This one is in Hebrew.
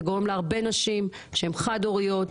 זה גורם להרבה נשים שהן חד הוריות.